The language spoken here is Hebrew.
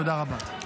תודה רבה.